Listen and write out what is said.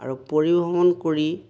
আৰু পৰিবহণ কৰি